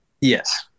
Yes